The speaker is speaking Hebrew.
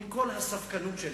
עם כל הספקנות שלי,